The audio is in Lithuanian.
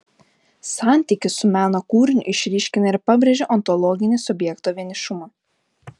santykis su meno kūriniu išryškina ir pabrėžia ontologinį subjekto vienišumą